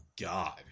God